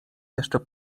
jeszcze